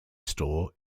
store